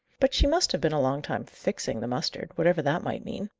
but she must have been a long time fixing the mustard whatever that might mean.